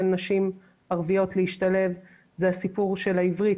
נשים ערביות להשתלב זה הסיפור של העברית.